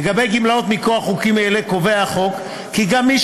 לגבי גמלאות מכוח חוקים אלה קובע החוק כי גם מי